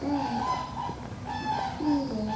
دس اکتوبر